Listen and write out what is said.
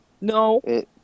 No